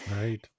Right